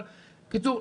בקיצור,